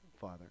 Father